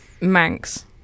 Manx